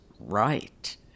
right